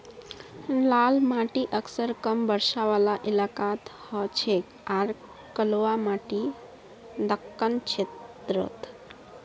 लाल माटी अक्सर कम बरसा वाला इलाकात हछेक आर कलवा माटी दक्कण क्षेत्रत